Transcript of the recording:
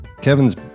Kevin's